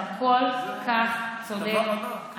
אתה כל כך צודק,